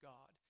God